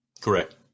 Correct